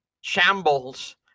shambles